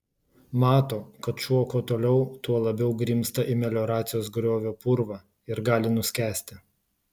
mato kad šuo kuo toliau tuo labiau grimzta į melioracijos griovio purvą ir gali nuskęsti